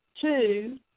two